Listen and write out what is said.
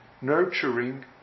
nurturing